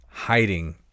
hiding